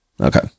Okay